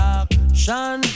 action